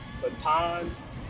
batons